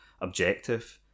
objective